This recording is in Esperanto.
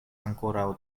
ankoraŭ